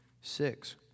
Six